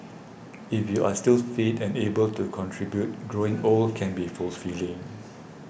if you're still fit and able to contribute growing old can be force filling